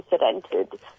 unprecedented